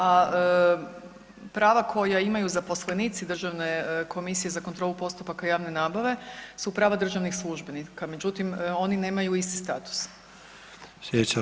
A prava koja imaju zaposlenici državne Komisije za kontrolu postupaka javne nabave su prava državnih službenika, međutim oni nemaju isti status.